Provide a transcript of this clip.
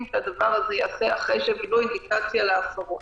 שהדבר הזה ייעשה אחרי שהם קיבלו אינדיקציה להפרות.